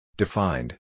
Defined